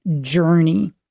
journey